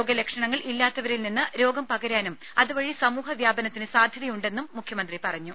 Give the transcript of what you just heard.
രോഗലക്ഷണങ്ങൾ ഇല്ലാത്തവരിൽ നിന്ന് രോഗം പകരാനും അതുവഴി സമൂഹ വ്യാപനത്തിന് സാധ്യതയുണ്ടെന്നും മുഖ്യമന്ത്രി പറഞ്ഞു